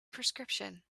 prescription